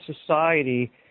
society